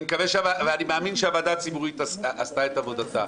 ואני מאמין שהוועדה הציבורית עשתה את עבודתה,